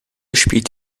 spielt